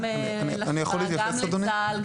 גם לצה"ל,